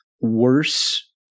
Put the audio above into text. worse